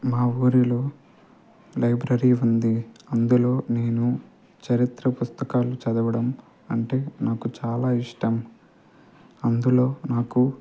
మా ఊరిలో లైబ్రరీ ఉంది అందులో నేను చరిత్ర పుస్తకాలు చదవడం అంటే నాకు చాలా ఇష్టం అందులో నాకు